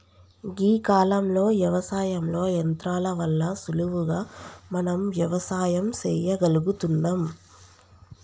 గీ కాలంలో యవసాయంలో యంత్రాల వల్ల సులువుగా మనం వ్యవసాయం సెయ్యగలుగుతున్నం